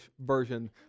version